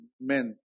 men